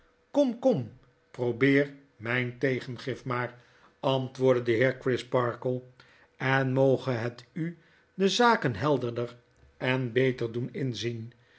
kom kom probeer mijn tegengif maar antwoordde de heer crisparkle en moge het u de zaketo helderder en be ter doen inzien